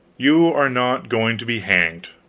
you're not going to be hanged.